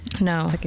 No